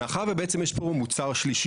מאחר שבעצם יש פה מוצר שלישי.